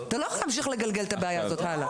אתה לא יכול להמשיך לגלגל את הבעיה הזאת הלאה.